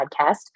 podcast